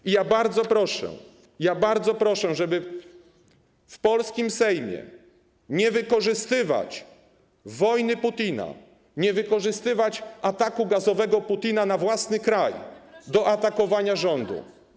I ja bardzo proszę, bardzo proszę, żeby w polskim Sejmie nie wykorzystywać wojny Putina, nie wykorzystywać ataku gazowego Putina na własny kraj do atakowania rządu.